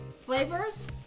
flavors